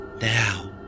Now